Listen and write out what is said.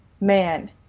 man